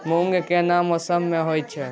मूंग केना मौसम में होय छै?